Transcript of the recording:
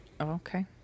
okay